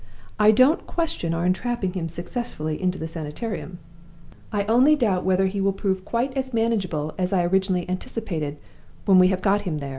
i don't question our entrapping him successfully into the sanitarium i only doubt whether he will prove quite as manageable as i originally anticipated when we have got him there.